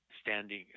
standing